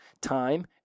Time